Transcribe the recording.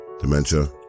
dementia